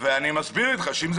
אני מסביר לך שאם זה